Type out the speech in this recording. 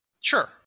Sure